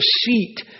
seat